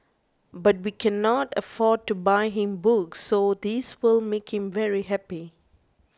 but we cannot afford to buy him books so this will make him very happy